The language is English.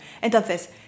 Entonces